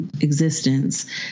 existence